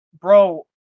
Bro